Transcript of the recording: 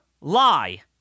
lie